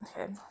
Okay